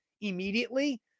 immediately